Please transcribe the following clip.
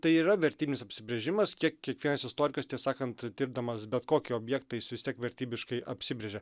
tai ir yra vertinis apsibrėžimas kiek kiekvienas istorikas tiesą sakant tirdamas bet kokį objektą jis vis tiek vertybiškai apsibrėžia